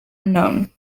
unknown